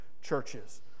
churches